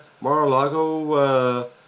Mar-a-Lago